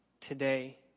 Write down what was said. today